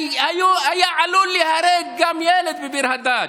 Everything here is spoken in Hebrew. שהיה עלול להיהרג גם ילד בביר הדאג'.